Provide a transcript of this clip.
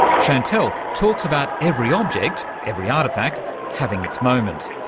chantal talks about every object, every artefact having its moment,